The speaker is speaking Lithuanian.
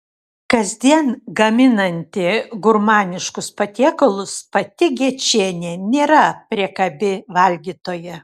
kasdien gaminanti gurmaniškus patiekalus pati gečienė nėra priekabi valgytoja